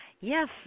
Yes